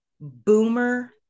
boomer